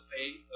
faith